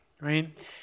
right